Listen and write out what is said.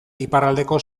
iparraldeko